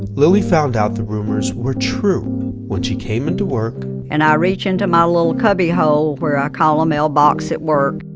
lilly found out the rumors were true when she came into work. and i reach into my little cubby hole where i call a mailbox at work,